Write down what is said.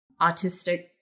autistic